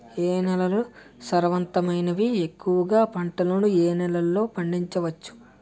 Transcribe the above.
ఏ నేలలు సారవంతమైనవి? ఎక్కువ గా పంటలను ఏ నేలల్లో పండించ వచ్చు?